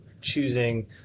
choosing